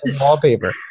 wallpaper